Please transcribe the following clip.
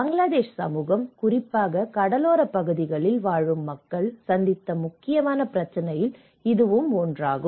பங்களாதேஷ் சமூகம் குறிப்பாக கடலோரப் பகுதிகளில் வாழும் மக்கள் சந்தித்த முக்கியமான பிரச்சினையில் இதுவும் ஒன்றாகும்